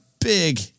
big